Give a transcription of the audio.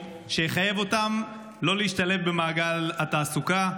שיחייב אותם לא להשתלב במעגל התעסוקה,